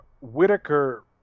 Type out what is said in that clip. Whitaker